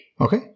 okay